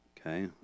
Okay